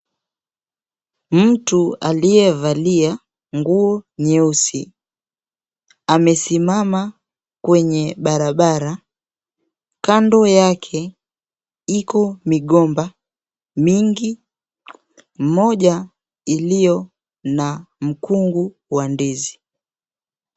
Mtu aliyevalia nguo nyeusi amesimama kwenye barabara. Kando yake iko migomba mingi, mmoja iliyo na mkungu wa ndizi.